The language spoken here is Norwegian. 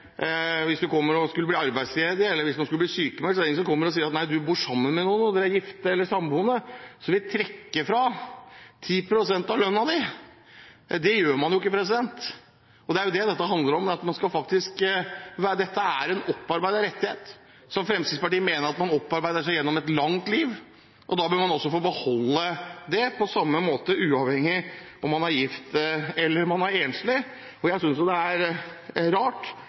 hvis man skulle bli arbeidsledig eller sykmeldt, kommer og sier: Nei, du bor sammen med noen, du er gift eller samboende, så vi trekker fra 10 pst. av lønna di! Det gjør man jo ikke. Og det er det dette handler om. Dette er en opparbeidet rettighet som Fremskrittspartiet mener at man opparbeider seg gjennom et langt liv, og da bør man også få beholde det på samme måte, uavhengig av om man er gift eller enslig. Jeg synes det er rart